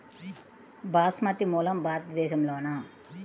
బాస్మతి మూలం భారతదేశంలోనా?